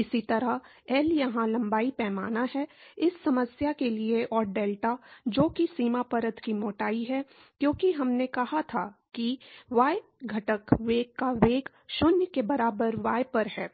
इसी तरह एल यहाँ लंबाई पैमाना है इस समस्या के लिए और डेल्टा जो कि सीमा परत की मोटाई है क्योंकि हमने कहा था कि y घटक वेग का वेग 0 के बराबर y पर है